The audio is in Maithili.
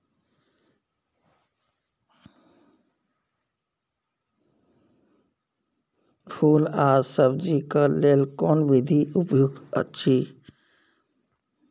फूल आ सब्जीक लेल कोन विधी उपयुक्त अछि?